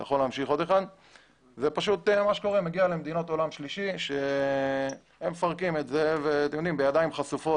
זה מגיע למדינות עולם שלישי ושם מפרקים את זה בידיים חשופות,